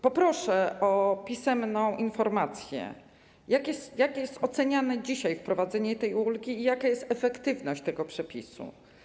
Proszę o pisemną informację, jak jest oceniane dzisiaj wprowadzenie tej ulgi i jaka jest efektywność tego przepisu?